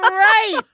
um right.